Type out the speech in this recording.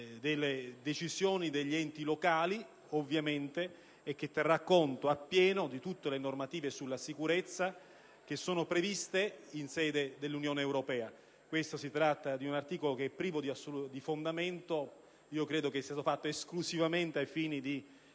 delle decisioni degli enti locali e che terrà conto appieno di tutte le normative sulla sicurezza che sono previste dall'Unione europea. Si tratta dunque di un articolo privo di fondamento. Credo sia stato fatto esclusivamente al fine di